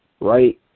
right